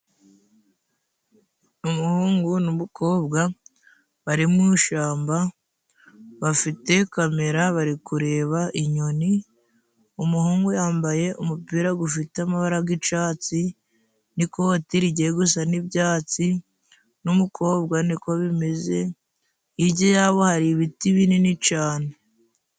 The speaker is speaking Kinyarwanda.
Umuhungu n'umukobwa bari mu ishamba bafite kamera bari kureba inyoni ,umuhungu yambaye umupira gufite amabara g'icatsi n'ikoti rigiye gusa n'ibyatsi ,n'umukobwa niko bimeze hijya yabo hari ibiti binini cane.